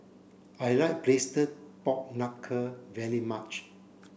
I like Braised Pork Knuckle very much